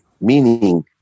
meaning